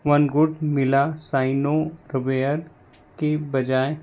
one गुड मिला साइनोरवेयर की बजाय